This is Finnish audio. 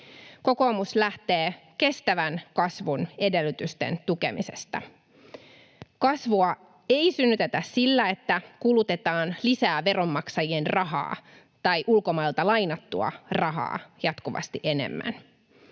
Kokoomus lähtee kestävän kasvun edellytysten tukemisesta. Kasvua ei synnytetä sillä, että kulutetaan lisää veronmaksajien rahaa tai ulkomailta lainattua rahaa jatkuvasti enemmän.